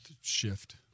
shift